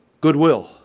Goodwill